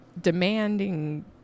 demanding